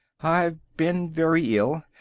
i've been very ill.